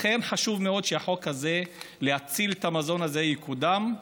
לכן חשוב מאוד שהחוק הזה, להציל את המזון, יקודם.